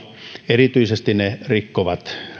erityisesti ne rikkovat